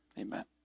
Amen